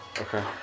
Okay